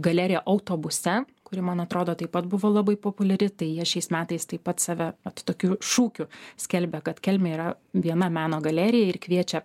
galeriją autobuse kuri man atrodo taip pat buvo labai populiari tai jie šiais metais taip pat save vat tokiu šūkiu skelbia kad kelmė yra viena meno galerija ir kviečia